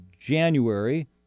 January